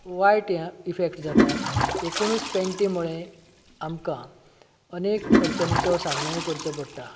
वायट या इफेक्ट जाता एकूणुच पेंटी मुळें आमकां अनेक अडचणीचो सामनोय करचो पडटा